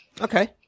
Okay